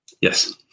Yes